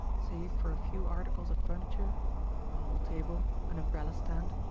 save for a few articles of furniture a hall table, an umbrella-stand,